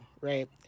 right